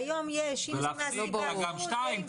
היום אתה גם 2,